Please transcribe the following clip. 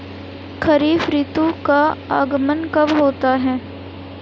खरीफ ऋतु का आगमन कब होता है?